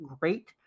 great